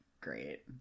great